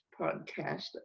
podcast